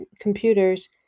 computers